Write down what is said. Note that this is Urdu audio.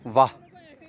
واہ